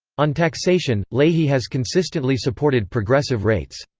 on taxation, leahy has consistently supported progressive rates.